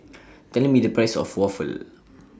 Tell Me The Price of Waffle